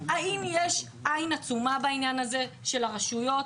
האם יש עין עצומה בעניין הזה של הרשויות,